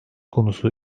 konusu